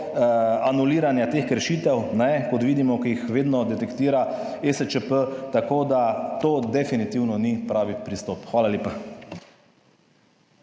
anuliranja teh kršitev, kot vidimo, jih vedno detektira ESČP, tako da to definitivno ni pravi pristop. Hvala lepa.